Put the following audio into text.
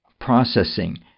processing